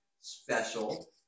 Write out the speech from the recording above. special